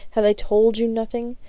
have they told you nothing?